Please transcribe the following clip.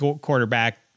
quarterback